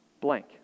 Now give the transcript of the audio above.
blank